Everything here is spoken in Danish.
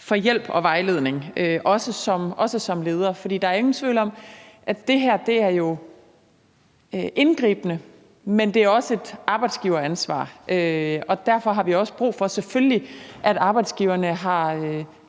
for hjælp og vejledning, også som leder. For der er ingen tvivl om, at det her jo er indgribende, men det er også et arbejdsgiveransvar, og derfor har vi selvfølgelig også brug for, at arbejdsgiverne har